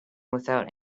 without